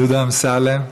דודי אמסלם,